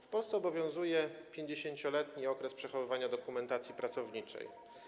W Polsce obowiązuje 50-letni okres przechowywania dokumentacji pracowniczej.